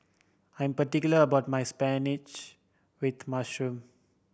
I am particular about my spinach with mushroom